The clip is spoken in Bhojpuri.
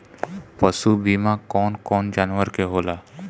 पशु बीमा कौन कौन जानवर के होला?